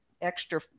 extra